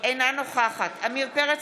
אינה נוכחת עמיר פרץ,